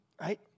right